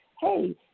hey